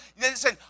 Listen